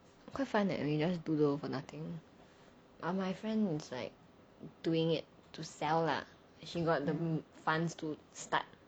quite fun leh you just doodle for nothing ah my friend is like doing it to sell lah she got the funds to start